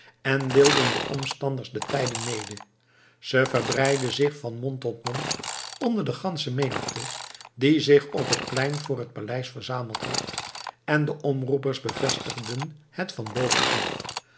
en deelden den omstanders de tijding mede ze verbreidde zich van mond tot mond onder de gansche menigte die zich op het plein voor het paleis verzameld had en de omroepers bevestigden het van boven